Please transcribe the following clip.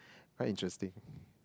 quite interesting